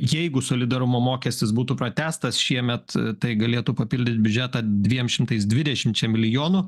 jeigu solidarumo mokestis būtų pratęstas šiemet tai galėtų papildyt biudžetą dviem šimtais dvidešimčia milijonų